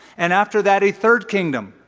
and after that a third kingdom,